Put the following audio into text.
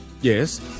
Yes